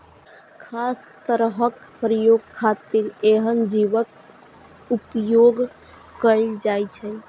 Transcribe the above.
खास तरहक प्रयोग के खातिर एहन जीवक उपोयग कैल जाइ छै